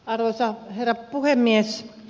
arvoisa herra puhemies